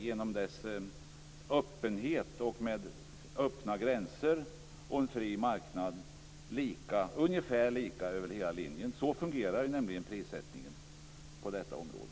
Genom öppenheten, de öppna gränserna, och en fri marknad är det ungefär lika över hela linjen. Så fungerar nämligen prissättningen på detta område.